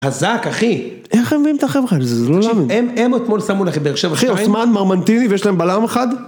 חזק אחי, איך הם מביאים את החבר'ה שלהם לזה, זה לא להאמין. הם, הם אתמול שמו לכם, באר-שבע, שתיים. אחי, עוסמאן מרמנטין ויש להם בלם אחד?